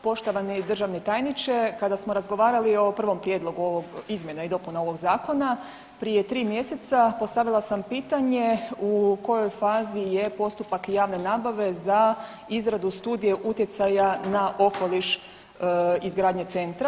Poštovani državni tajniče, kada smo razgovarali o o prvom prijedlogu ovog, izmjena i dopuna ovog zakona prije 3 mjeseca postavila sam pitanje u kojoj fazi je postupak javne nabave za izradu studije utjecaja na okoliš izgradnje centra.